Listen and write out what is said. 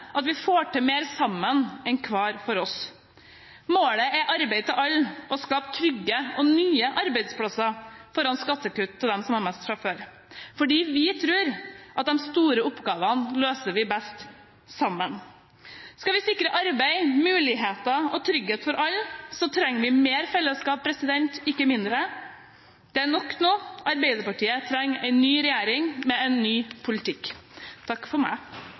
at vi får til mer sammen enn hver for oss. Målet er arbeid til alle og å skape trygge og nye arbeidsplasser framfor skattekutt til dem som har mest fra før. For vi tror at de store oppgavene løser vi best sammen. Skal vi sikre arbeid, muligheter og trygghet for alle, trenger vi mer fellesskap, ikke mindre. Det er nok nå. Arbeiderpartiet vil ha en ny regjering med en ny politikk. Det er siste møtedag i perioden, og det er tid for